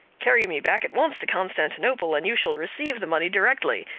carry me back at once to constantinople, and you shall receive the money directly.